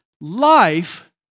Life